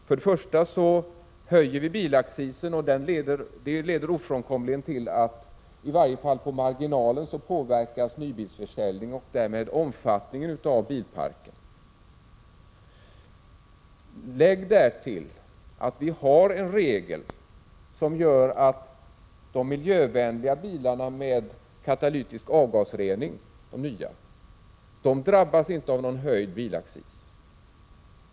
Höjd bilaccis leder ofrånkomligt till att nybilsförsäljningen påverkas i varje fall på marginalen och därmed även bilparkens omfattning. Lägg därtill att vi har en regel som gör att de miljövänliga bilarna med katalytisk avgasrening, de nya, inte drabbas av någon höjd bilaccis.